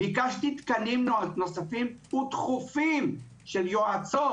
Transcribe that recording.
ביקשתי תקנים נוספים ודחופים של יועצות,